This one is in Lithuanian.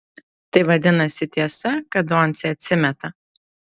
tai vadinasi tiesa kad doncė atsimeta